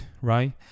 right